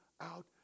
out